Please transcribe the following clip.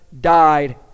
died